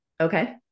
Okay